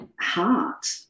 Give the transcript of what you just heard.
heart